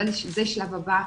זה השלב הבא.